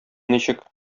ничек